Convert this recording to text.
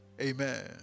Amen